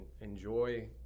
enjoy